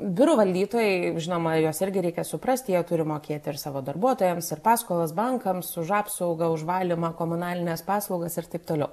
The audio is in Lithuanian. biurų valdytojai žinoma juos irgi reikia suprasti jie turi mokėti ir savo darbuotojams ir paskolas bankams už apsaugą už valymą komunalines paslaugas ir taip toliau